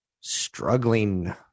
struggling